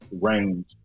range